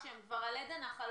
כשהם כבר על אדן החלון.